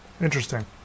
Interesting